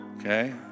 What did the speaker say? Okay